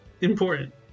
important